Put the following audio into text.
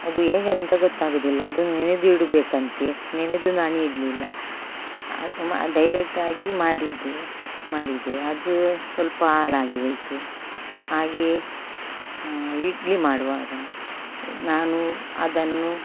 ಅದು ಹೇಗೆ ಅಂತ ಗೊತ್ತಾಗೊದಿಲ್ಲ ಅದು ನೆನೆದು ಇಡಬೇಕಂತೆ ನೆನೆದು ನಾನಿಡಲಿಲ್ಲ ಮ ಡೈರೆಕ್ಟ್ ಆಗಿ ಮಾಡಿದೆ ಮಾಡಿದೆ ಅದು ಸ್ವಲ್ಪ ಹಾಳಾಗಿ ಹೋಯ್ತು ಹಾಗೆ ಇಡ್ಲಿ ಮಾಡುವಾಗ ನಾನು ಅದನ್ನು